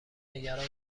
نگران